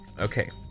Okay